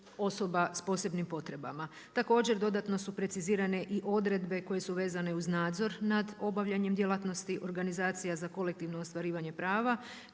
osoba sa posebnim potrebama. Također dodatno su precizirane i odredbe koje su vezane uz nadzor nad obavljanjem djelatnosti organizacija za kolektivno ostvarivanje prava